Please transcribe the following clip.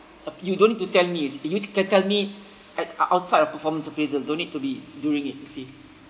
uh you don't need to tell me you can tell me at ou~ outside of performance appraisal don't need to be during it you see